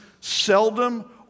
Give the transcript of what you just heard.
seldom